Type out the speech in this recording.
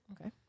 Okay